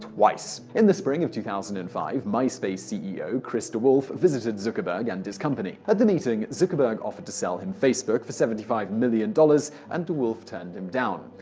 twice. in the spring of two thousand and five, myspace ceo chris dewolfe visited zuckerberg and company. at the meeting, zuckerberg offered to sell him facebook for seventy five million dollars and dewolfe turned him down.